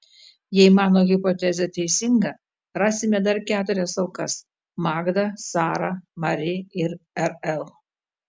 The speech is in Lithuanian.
jei mano hipotezė teisinga rasime dar keturias aukas magdą sarą mari ir rl